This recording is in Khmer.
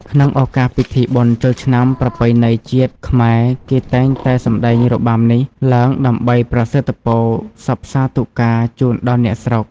ក្នុងឱកាសពិធីបុណ្យចូលឆ្នាំប្រពៃណីជាតិខ្មែរគេតែងតែសម្តែងរបាំនេះឡើងដើម្បីប្រសិទ្ធពរសព្ទសាធុការជូនដល់អ្នកស្រុក។